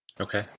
Okay